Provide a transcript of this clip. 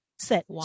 set